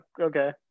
okay